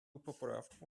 поправку